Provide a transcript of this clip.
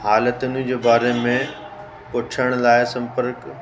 हालतुनि जे बारे में पुछण लाइ संपर्क